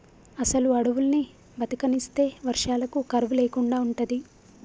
అసలు అడువుల్ని బతకనిస్తే వర్షాలకు కరువు లేకుండా ఉంటది